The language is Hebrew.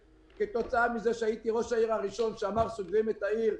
כתוצאה מזה שהייתי ראש העיר הראשון שאמר שסוגרים את העיר,